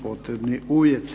potrebni uvjeti.